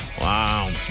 Wow